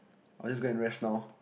I'll just go and rest now